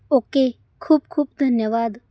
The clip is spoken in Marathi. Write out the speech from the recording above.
ओके खूप खूप धन्यवाद